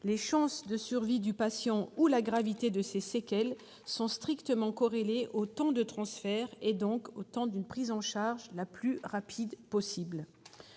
les chances de survie du patient ou la gravité des séquelles sont strictement corrélées au temps de transfert. Il est donc nécessaire de prévoir une prise en charge la plus rapide possible.